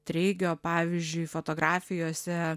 treigio pavyzdžiui fotografijose